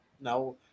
now